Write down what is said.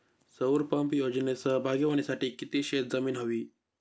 सौर पंप योजनेत सहभागी होण्यासाठी किती शेत जमीन हवी?